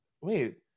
Wait